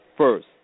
First